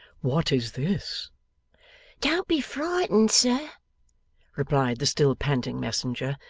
what is this don't be frightened, sir replied the still panting messenger.